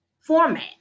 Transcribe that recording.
format